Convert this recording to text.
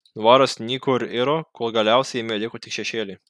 dvaras nyko ir iro kol galiausiai jame liko tik šešėliai